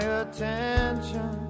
attention